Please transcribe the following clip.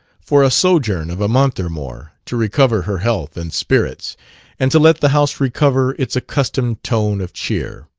for a sojourn of a month or more, to recover her health and spirits and to let the house recover its accustomed tone of cheer.